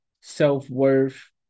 self-worth